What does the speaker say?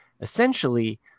essentially